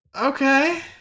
Okay